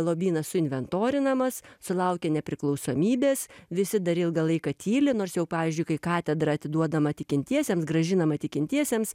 lobynas su inventorinamas sulaukė nepriklausomybės visi dar ilgą laiką tyli nors jau pavyzdžiui kai katedra atiduodama tikintiesiems grąžinama tikintiesiems